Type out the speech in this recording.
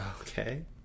Okay